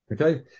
Okay